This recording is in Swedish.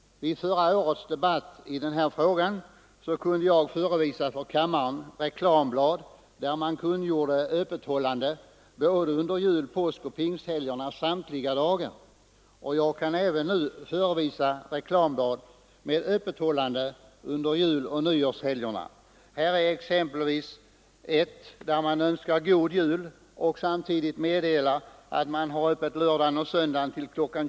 Vid förra årets debatt i den här frågan kunde jag förevisa för kammaren reklamblad, där man kungjorde öppethållande under såväl julsom påskoch pingsthelgernas samtliga dagar, och jag kan även nu förevisa reklamblad med öppethållande under juloch nyårshelgerna. Här är exempelvis ett där man önskar God Jul och samtidigt meddelar att man har öppet lördagen och söndagen till kl.